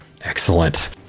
Excellent